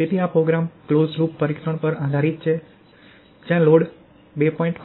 તેથી આ program close loop પરીક્ષણ પર આધારિત છે જ્યાં લોડ 2